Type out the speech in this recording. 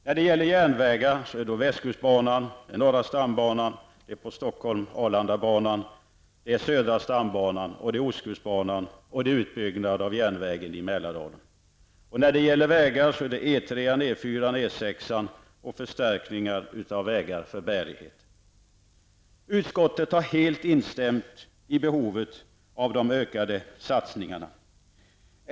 När det gäller järnvägar är det fråga om västkustbanan, norra stambanan, banan Mälardalen. När det gäller vägar är det fråga om Utskottet har helt instämt i behovet av de ökade satsningarna.